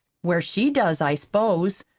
where she does, i s'pose.